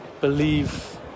believe